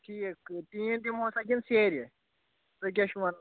ٹھیٖکہٕ ٹیٖن دِمووسا کِنہِ سیرِ تُہۍ کیٛاہ چھُو وَنان